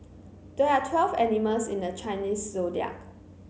there are twelve animals in the Chinese Zodiac